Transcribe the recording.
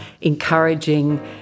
encouraging